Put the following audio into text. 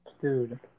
Dude